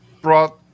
brought